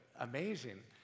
amazing